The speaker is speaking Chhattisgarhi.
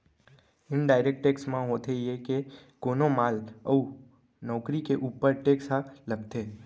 इनडायरेक्ट टेक्स म होथे ये के कोनो माल अउ नउकरी के ऊपर टेक्स ह लगथे